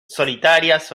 solitarias